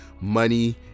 Money